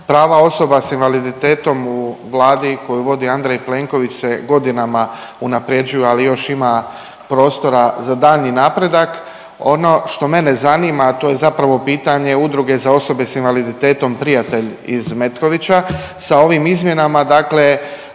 Prava osoba s invaliditetom u Vladi koju vodi Andrej Plenković se godinama unaprjeđuju, ali još ima prostora za daljnji napredak. Ono što mene zanima, a to je zapravo pitanje Udruge za osobe s invaliditetom Prijatelj iz Metkovića, sa ovim izmjenama